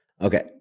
Okay